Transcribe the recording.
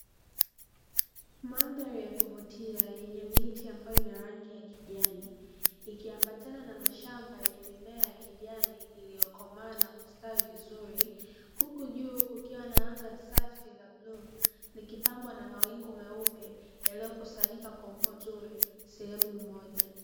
Mandhari ya kuvutia yenye miti ambayo ina rangi ya kijani ikiambatana na mashamba ya mimea ya kijani iliyokomaa na kustawi vizuri, huku juu kukiwa na anga safi la bluu likipambwa na mawingu meupe yaliyokusanyika kwa umbo zuri sehemu moja.